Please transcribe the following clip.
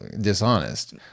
dishonest